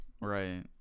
Right